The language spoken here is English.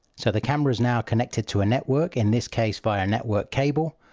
so the camera is now connected to a network, in this case vi a network cable,